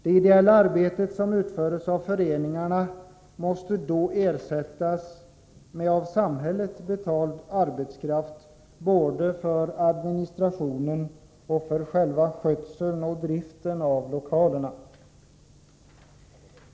Det ideella arbete som utförs av föreningarna måste då ersättas med av samhället betald arbetskraft både för administrationen och för själva skötseln och driften av lokalerna.